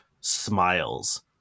smiles